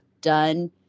done